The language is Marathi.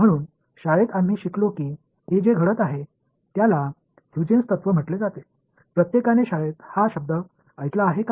म्हणून शाळेत आम्ही शिकलो की हे जे घडत आहे त्याला ह्यूजेन्स तत्व म्हटले जाते प्रत्येकाने शाळेत हा शब्द ऐकला आहे का